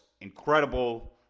incredible